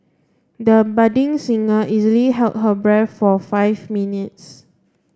the budding singer easily held her breath for five minutes